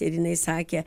ir jinai sakė